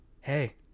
hey-